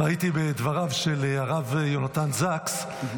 ראיתי בדבריו של הרב יונתן זקס,